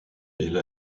elle